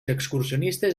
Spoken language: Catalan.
excursionistes